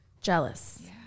Jealous